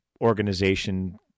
organization